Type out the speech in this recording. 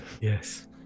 Yes